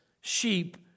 sheep